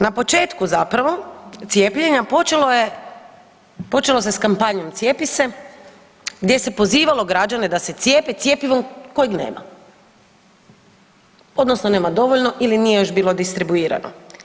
Na početku zapravo cijepljenja, počelo se s kampanjom „Cijepi se“ gdje se pozivalo građane da se cijepe cjepivom kojeg nema odnosno nema dovoljno ili nije još bilo distribuirano.